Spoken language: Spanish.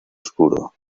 oscuro